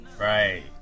Right